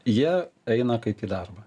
jie eina kaip į darbą